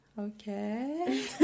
okay